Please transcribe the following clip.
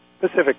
Pacific